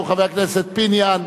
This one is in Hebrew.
חבר הכנסת פיניאן,